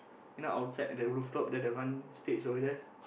you know outside at the rooftop there the one stage over there